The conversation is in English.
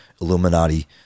Illuminati